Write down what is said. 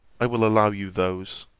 i will allow you those